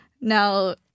now